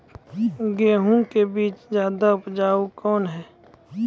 गेहूँ के बीज ज्यादा उपजाऊ कौन है?